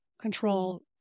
control